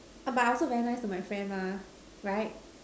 but I also very nice to my friend lah right